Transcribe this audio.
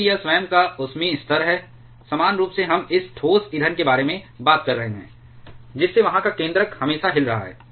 क्योंकि यह स्वयं का ऊष्मीय स्तर है समान रूप से हम इस ठोस ईंधन के बारे में बात कर रहे हैं जिससे वहाँ का केंद्रक हमेशा हिल रहा है